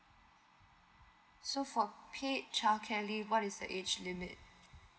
so for paid child care leave what is the age limit